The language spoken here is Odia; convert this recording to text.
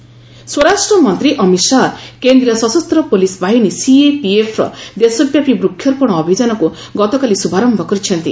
ଶାହା ଟ୍ରି ପ୍ଲାଣ୍ଟେସନ୍ ସ୍ୱରାଷ୍ଟ୍ରମନ୍ତ୍ରୀ ଅମିତ ଶାହା କେନ୍ଦ୍ରୀୟ ସଶସ୍ତ ପୋଲିସ୍ ବାହିନୀ ସିଏପିଏଫ୍ର ଦେଶବ୍ୟାପୀ ବୃକ୍ଷରୋପଣ ଅଭିଯାନକୁ ଗତକାଲି ଶୁଭାରମ୍ଭ କରିଛନ୍ତି